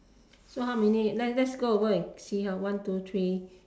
so how many let's let's go over and see how one two three